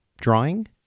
drawing